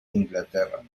inglaterra